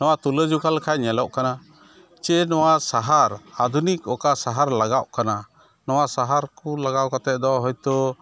ᱱᱚᱣᱟ ᱛᱩᱞᱟᱹᱡᱚᱠᱷᱟ ᱞᱮᱠᱷᱟᱱ ᱧᱮᱞᱚᱜ ᱠᱟᱱᱟ ᱡᱮ ᱱᱚᱣᱟ ᱥᱟᱦᱟᱨ ᱟᱫᱷᱩᱱᱤᱠ ᱚᱠᱟ ᱥᱟᱦᱟᱨ ᱞᱟᱜᱟᱣᱚᱜ ᱠᱟᱱᱟ ᱱᱚᱣᱟ ᱥᱟᱦᱟᱨᱠᱚ ᱠᱚ ᱞᱟᱜᱟᱣ ᱠᱟᱛᱮᱫ ᱫᱚ ᱦᱳᱭᱛᱚ